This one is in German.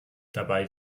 dabei